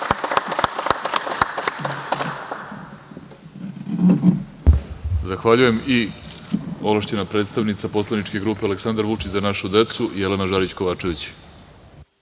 Zahvaljujem. Reč ima ovlašćena predstavnica poslaničke grupe „Aleksandar Vučić – Za našu decu“, Jelena Žarić Kovačević.